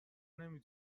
نمی